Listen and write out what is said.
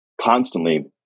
constantly